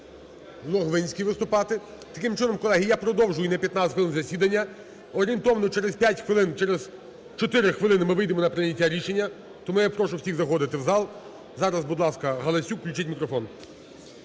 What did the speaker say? Логвинський виступати. Таким чином, колеги, я продовжую на 15 хвилин засідання. Орієнтовно через 5 хвилин, через 4 хвилини ми вийдемо на прийняття рішення. Тому я прошу всіх заходити в зал. Зараз, будь ласка, Галасюк. Включіть мікрофон.